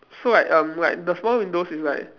so like um like the small windows is like